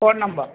phone number